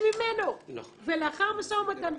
ממנו והסכימו לכך רק לאחר משא ומתן.